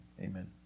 Amen